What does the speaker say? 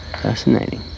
Fascinating